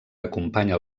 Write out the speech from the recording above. acompanya